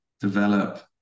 develop